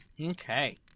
Okay